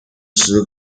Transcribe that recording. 石刻